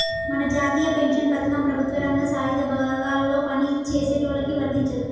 మన జాతీయ పెన్షన్ పథకం ప్రభుత్వ రంగం సాయుధ బలగాల్లో పని చేసేటోళ్ళకి వర్తించదు